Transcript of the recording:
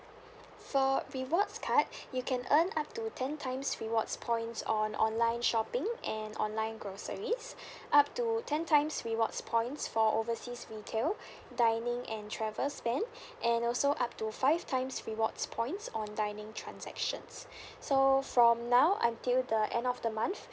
for rewards card you can earn up to ten times rewards points on online shopping and online groceries up to ten times rewards points for overseas retail dining and travel spend and also up to five times rewards points on dining transactions so from now until the end of the month